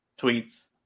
tweets